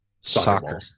Soccer